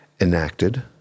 enacted